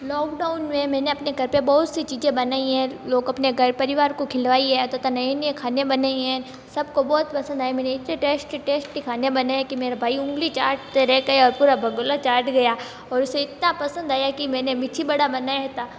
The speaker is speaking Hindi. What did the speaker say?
लॉकडाउन में मैंने अपने घर पर बहुत सी चीज़ें बनाई है लोग अपने घर परिवार को खिलाई है तथा नये नये खाने बनाए है सब को बहुत पसंद आए इतने टैस्टी टैस्टी खाने बनाए कि मेरा भाई उंगली चाटते रह गया और पूरा भगोना चाट गया और उसे इतना पसंद आया कि मैंने मिर्ची वड़ा बनाया था